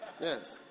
Yes